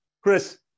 Chris